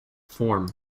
form